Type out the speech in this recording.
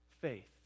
faith